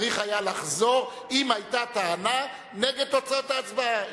צריך היה לחזור אם היתה טענה נגד תוצאת ההצבעה.